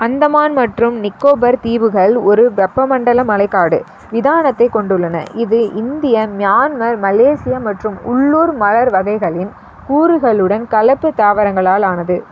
அந்தமான் மற்றும் நிக்கோபர் தீவுகள் ஒரு வெப்பமண்டல மலைக்காடு விதானத்தைக் கொண்டுள்ளன இது இந்திய மியான்மர் மலேசியா மற்றும் உள்ளூர் மலர் வகைகளின் கூறுகளுடன் கலப்பு தாவரங்களால் ஆனது